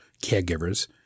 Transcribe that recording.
caregivers